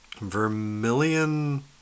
vermilion